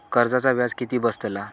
कर्जाचा व्याज किती बसतला?